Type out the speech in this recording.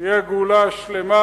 שתהיה הגאולה השלמה,